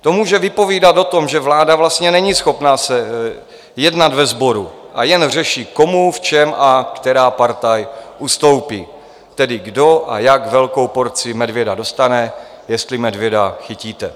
To může vypovídat o tom, že vláda vlastně není schopná jednat ve sboru, a jen řeší, komu, v čem a která partaj ustoupí, tedy kdo a jak velkou porci medvěda dostane, jestli medvěda chytíte.